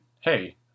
Hey